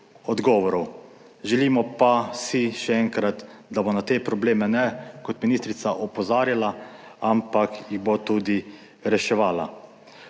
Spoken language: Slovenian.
odgovorov. Želimo pa si še enkrat, da bo na te probleme ne kot ministrica opozarjala, ampak jih bo tudi reševala.